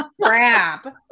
Crap